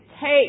take